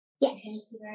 Yes